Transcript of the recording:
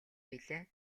билээ